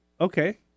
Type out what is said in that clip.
Okay